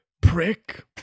prick